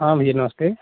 हाँ भईया नमस्ते